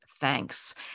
thanks